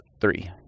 three